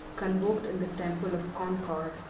convoked in the temple of concord,